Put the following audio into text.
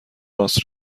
راست